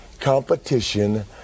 competition